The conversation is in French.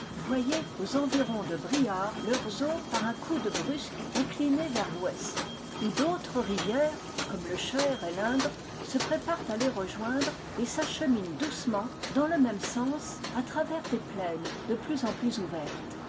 voyez aux environs de briare leurs eaux par un coude brusque incliner vers l'ouest où d'autres rivières comme le cher et l'indre se préparent à les rejoindre et s'acheminent doucement dans le même sens à travers des plaines de plus en plus ouvertes